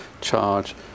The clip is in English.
charge